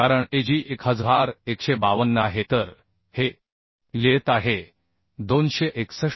कारण Ag 1152 आहे तर हे येत आहे 261